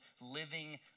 Living